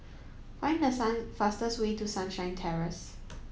find the sun fastest way to Sunshine Terrace